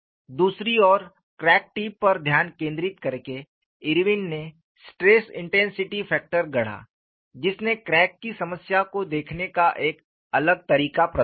दूसरी ओर crack tip पर ध्यान केंद्रित करके इरविन ने स्ट्रेस इंटेंसिटी फैक्टर गढ़ा जिसने क्रैक की समस्या को देखने का एक अलग तरीका प्रदान किया